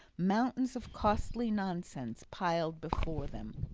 mountains of costly nonsense, piled before them.